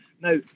Now